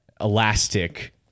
elastic